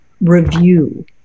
review